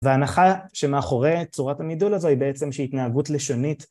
וההנחה שמאחורי צורת המידול הזו היא בעצם שהתנהגות לשונית